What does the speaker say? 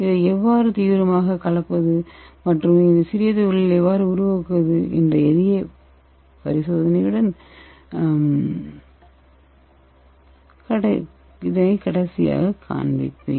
இதை எவ்வாறு தீவிரமாக கலப்பது மற்றும் இந்த சிறிய துகள்களை எவ்வாறு உருவாக்குவது என்ற எளிய பரிசோதனையை கடைசியாக காண்பிப்பேன்